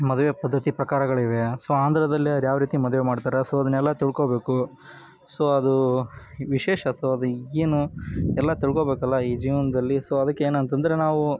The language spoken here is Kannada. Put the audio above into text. ಮದುವೆ ಪದ್ಧತಿ ಪ್ರಕಾರಗಳಿವೆ ಸೊ ಆಂಧ್ರದಲ್ಲಿ ಅವ್ರು ಯಾವ ರೀತಿ ಮದುವೆ ಮಾಡ್ತಾರೆ ಸೊ ಅದನ್ನೆಲ್ಲ ತಿಳ್ಕೊಳ್ಬೇಕು ಸೊ ಅದು ವಿಶೇಷ ಸೊ ಅದು ಏನು ಎಲ್ಲ ತಿಳ್ಕೊಳ್ಬೇಕಲ್ಲ ಈ ಜೀವನದಲ್ಲಿ ಸೊ ಅದಕ್ಕೆ ಏನಂತ ಅಂದ್ರೆ ನಾವು